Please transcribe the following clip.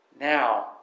Now